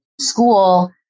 school